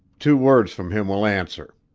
two words from him will answer.